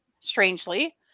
Strangely